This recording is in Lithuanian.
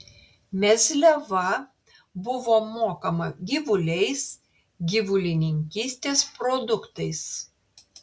mezliava buvo mokama gyvuliais gyvulininkystės produktais